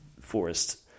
Forest